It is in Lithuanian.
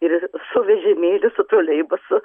ir su vežimėliu su troleibusu